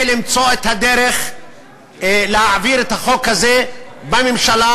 למצוא את הדרך להעביר את החוק הזה בממשלה,